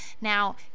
Now